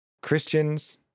Christians